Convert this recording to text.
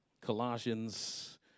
Colossians